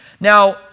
Now